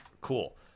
Cool